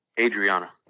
Adriana